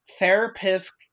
therapists